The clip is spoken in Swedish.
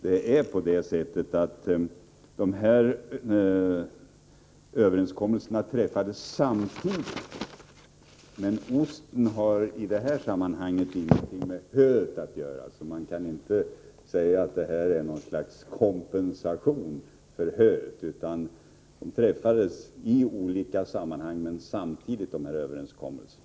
Det är emellertid så att dessa överenskommelser visserligen träffades samtidigt, men avtalet om osten har ingenting med höavtalet att göra. Man kan alltså inte säga att ostexporten är något slags kompensation för höexporten. Överenskommelserna träffades samtidigt men i olika sammanhang.